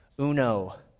uno